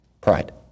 pride